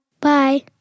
Bye